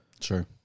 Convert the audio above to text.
Sure